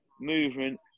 movement